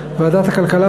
בוועדת הכלכלה,